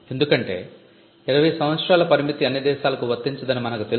ఎందుకంటే 20 సంవత్సరాలు పరిమితి అన్ని దేశాలకు వర్తించదని మనకు తెలుసు